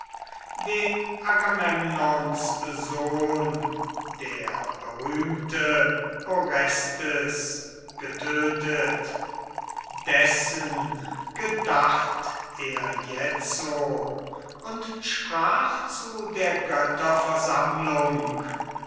den agamemnons sohn der berühmte orestes getötet dessen gedacht er jetzo und sprach zu der